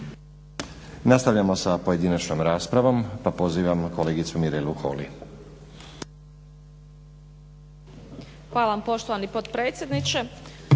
Nastavljamo sa pojedinačnom raspravom pa pozivam kolegicu Mirelu Holy.